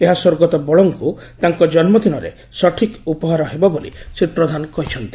ଏହା ସ୍ୱର୍ଗତ ବଳଙ୍କୁ ତାଙ୍କ ଜନ୍ମଦିନରେ ସଠିକ୍ ଉପହାର ହେବ ବୋଲି ଶ୍ରୀ ପ୍ରଧାନ କହିଛନ୍ତି